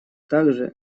также